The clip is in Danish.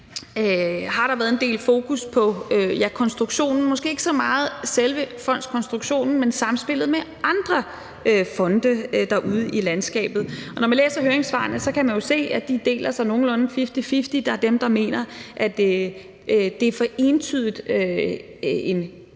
har der været en del fokus på konstruktionen – måske ikke så meget selve fondskonstruktionen, men samspillet med andre fonde derude i landskabet. Og når man læser høringssvarene, kan man jo se, at de deler sig nogenlunde fifty-fifty. Der er dem, der mener, at det er for entydigt med en